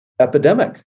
epidemic